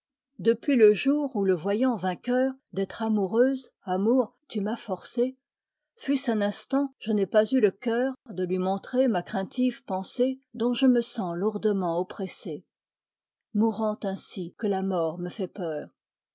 depuis le jour où le voyant vainqueur d'être amoureuse amour tu m'as forcée fût-ce un instant je n'ai pas eu le cœur de lui montrer ma craintive pensée dont je me sens lourdement oppressée mourant ainsi que la mort me fait peur